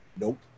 Nope